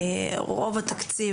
רוב התקציב,